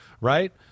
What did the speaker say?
right